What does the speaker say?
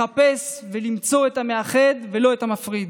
לחפש ולמצוא את המאחד ולא את המפריד.